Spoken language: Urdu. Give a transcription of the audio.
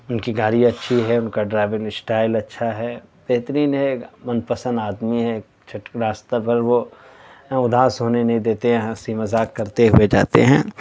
ان کی گاڑی اچھی ہے ان کا ڈرائیونگ اشٹائل اچھا ہے بہترین ہے من پسند آدمی ہیں چھٹ راستہ بھر وہ اداس ہونے نہیں دیتے ہیں ہنسی مزاق کرتے ہوئے جاتے ہیں